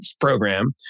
program